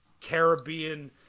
Caribbean